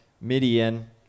Midian